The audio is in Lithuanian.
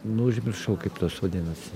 nu užmiršau kaip tos vadinasi